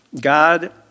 God